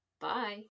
Bye